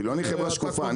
אני חברה שקופה,